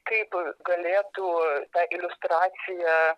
kaip galėtų ta iliustracija